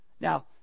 Now